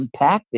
impacting